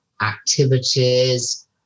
activities